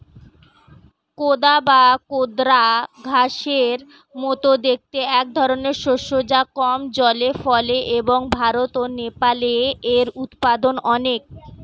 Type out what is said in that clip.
কোদা বা কোদরা ঘাসের মতো দেখতে একধরনের শস্য যা কম জলে ফলে এবং ভারত ও নেপালে এর উৎপাদন অনেক